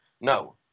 No